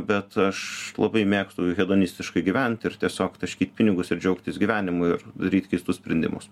bet aš labai mėgstu hedonistiškai gyvent ir tiesiog taškyt pinigus ir džiaugtis gyvenimu ir daryt keistus sprendimus